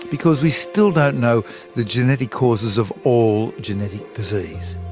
because we still don't know the genetic causes of all genetic disease.